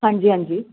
ਹਾਂਜੀ ਹਾਂਜੀ